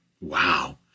Wow